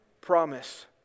promise